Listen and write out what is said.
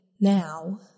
now